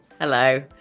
Hello